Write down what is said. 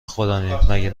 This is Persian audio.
خودمی، مگه